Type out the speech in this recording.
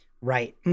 right